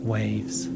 waves